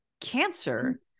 cancer